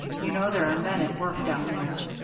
you know there are men at work down there.